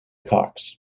cox